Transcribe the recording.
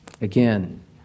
Again